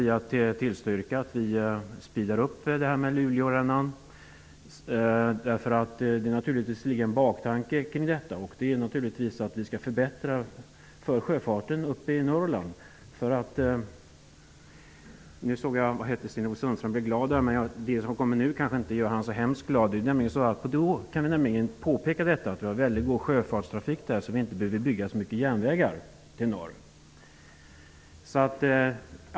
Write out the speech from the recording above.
Utskottet tillstyrker att arbetet påskyndas. Det finns naturligtvis en baktanke, vilket är att förbättra förhållandena för sjöfarten i Norrland. Nu ser jag att Sten-Ove Sundström blir glad. Men följande kanske inte gör honom så glad. Sjöfarten är nämligen bra i norr, så det behöver inte byggas så mycket järnväg.